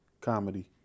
Comedy